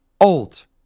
old